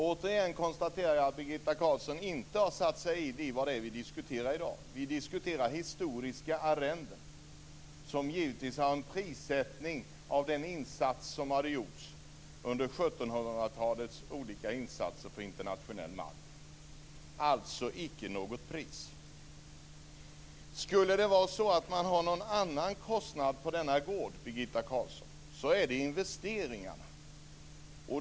Återigen konstaterar jag att Birgitta Carlsson inte har satt sig in i vad vi diskuterar i dag. Vi diskuterar historiska arrenden, som givetvis har en prissättning beroende av den insats som gjordes under 1700-talet, när det gjordes olika insatser på internationell mark. Det är alltså icke något pris. Skulle det vara så att man har någon annan kostnad på denna gård, Birgitta Carlsson, är det investeringarna.